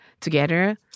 Together